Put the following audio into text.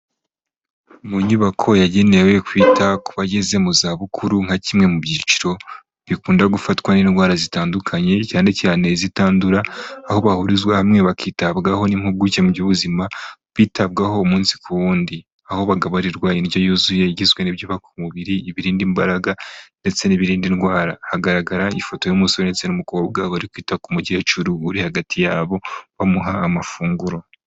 Mu nyubako yagenewe kwita ku bageze mu za bukuru nka kimwe mu byiciro bikunda gufatwa n'indwara zitandukanye cyane cyane zitandura aho bahurizwa hamwe bakitabwaho n'impuguke mu by'ubuzima bitabwaho umunsi ku wundi, aho bagaburirwa indyo yuzuye igizwe n'ibyubaka umubiri, ibirinda imbaraga, ndetse n'ibiririnda indwara. Hagaragara ifoto y'umusore ndetse n'umukobwa bari kwita ku mukecuru uri hagati ya bo bamuha amafunguro.